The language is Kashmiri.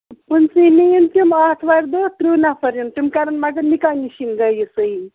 سُل سُلی یِن تِم آتھوارِ دۄہ تٕرٕہ نَفر یِن تِم کرن مگر نِکاہ نِشٲنۍ گٔے یہِ صٮحیح